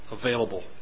available